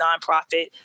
nonprofit